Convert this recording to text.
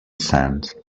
sand